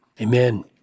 Amen